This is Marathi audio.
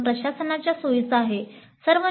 काही प्रकरणांमध्ये ते परवानगी देऊ शकतात